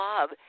love